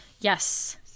yes